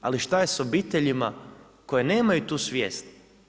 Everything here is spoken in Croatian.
Ali šta je sa obiteljima koje nemaju tu svijest?